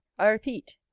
i repeat,